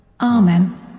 Amen